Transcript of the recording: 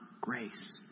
grace